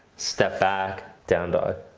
step back, down dog.